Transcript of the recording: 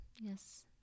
yes